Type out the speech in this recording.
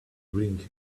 bring